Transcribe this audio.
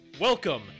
welcome